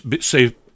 say